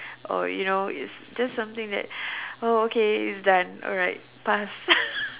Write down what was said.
oh you know it's just something that oh okay it's done alright pass